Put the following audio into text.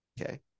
okay